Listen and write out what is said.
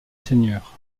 seigneur